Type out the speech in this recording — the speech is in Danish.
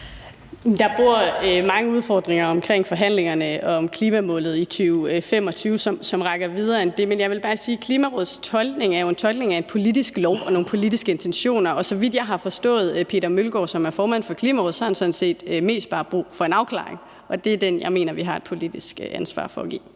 Der er mange udfordringer omkring forhandlingerne om klimamålet i 2025, som rækker videre end det. Men jeg vil bare sige, at Klimarådets tolkning jo er en tolkning af en politisk lov og nogle politiske intentioner, og så vidt jeg har forstået Peter Møllgaard, som er formand for Klimarådet, har han sådan set mest bare brug for en afklaring, og det er den, jeg mener vi har et politisk ansvar for at give.